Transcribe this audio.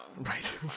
Right